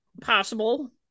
Possible